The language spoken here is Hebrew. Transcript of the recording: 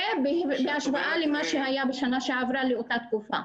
זה בהשוואה למה שהיה בשנה שעברה באותה תקופה.